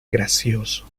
gracioso